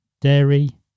Dairy